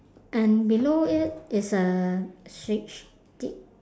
and below it is a switch